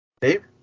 Dave